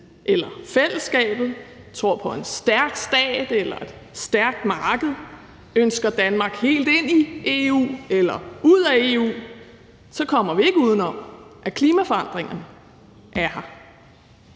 eller fællesskabet, tror på en stærk stat eller et stærkt marked eller ønsker Danmark helt ind i EU eller ud af EU, kommer vi ikke udenom, at klimaforandringerne er her;